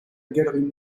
galerie